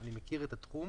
אני מכיר את התחום